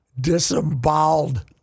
disemboweled—